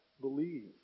believe